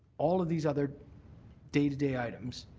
all of these other day-to-day items,